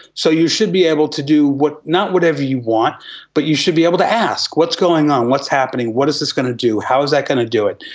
so you should be able to do not whatever you want but you should be able to ask what's going on, what's happening, what is this going to do, how is that going to do it?